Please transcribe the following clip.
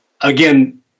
again